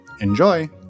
Enjoy